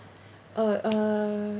oh uh